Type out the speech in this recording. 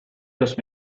los